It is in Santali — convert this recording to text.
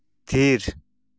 ᱛᱷᱤᱨ